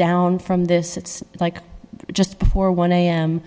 down from this it's like just before one am